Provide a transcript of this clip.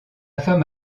femme